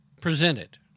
presented